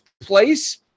place